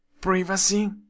privacy